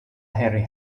henry